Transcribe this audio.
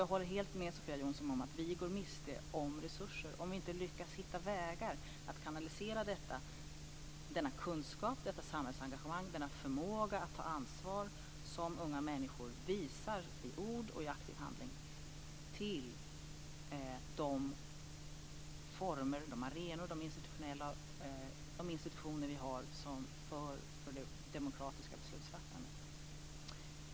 Jag håller helt med Sofia Jonsson om att vi går miste om resurser om vi inte lyckas finna vägar att kanalisera denna kunskap, detta samhällsengagemang, denna förmåga att ta ansvar som unga människor visar i ord och i aktiv handling till de institutioner som vi har för det demokratiska beslutsfattandet.